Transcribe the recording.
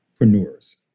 entrepreneurs